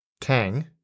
Tang